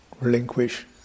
relinquish